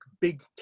Big